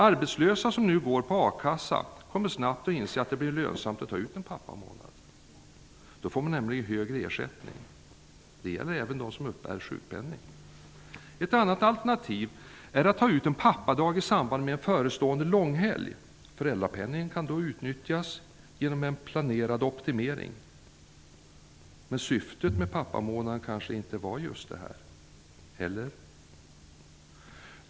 Arbetslösa som nu går på a-kassa kommer snabbt att inse att det blir lönsamt att ta ut en pappamånad. Då får man nämligen högre ersättning. Det gäller även dem som uppbär sjukpenning. Ett annat alternativ är att ta ut en pappadag i samband med förestående långhelg. Föräldrapenningen kan då utnyttjas genom en planerad optimering. Men syftet med pappamånaden kanske inte var just det här -- eller?